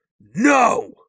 no